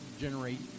generate